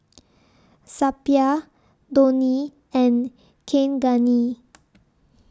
Suppiah Dhoni and Kaneganti